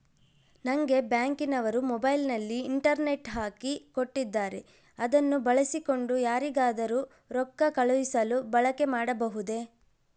ನಂಗೆ ಬ್ಯಾಂಕಿನವರು ಮೊಬೈಲಿನಲ್ಲಿ ಇಂಟರ್ನೆಟ್ ಹಾಕಿ ಕೊಟ್ಟಿದ್ದಾರೆ ಅದನ್ನು ಬಳಸಿಕೊಂಡು ಯಾರಿಗಾದರೂ ರೊಕ್ಕ ಕಳುಹಿಸಲು ಬಳಕೆ ಮಾಡಬಹುದೇ?